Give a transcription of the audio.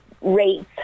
rates